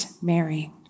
Mary